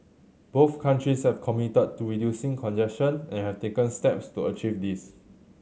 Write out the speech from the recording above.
both countries have committed to reducing congestion and have taken steps to achieve this